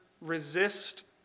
resist